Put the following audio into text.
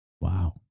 Wow